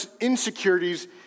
insecurities